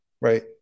right